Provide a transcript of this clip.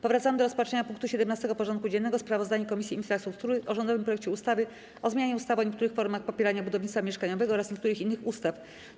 Powracamy do rozpatrzenia punktu 17. porządku dziennego: Sprawozdanie Komisji Infrastruktury o rządowym projekcie ustawy o zmianie ustawy o niektórych formach popierania budownictwa mieszkaniowego oraz niektórych innych ustaw.